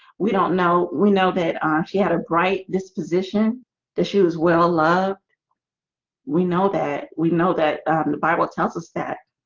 we don't know we know that she had a bright disposition that she was well loved we know that we know that the bible tells us that